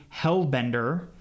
hellbender